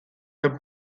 the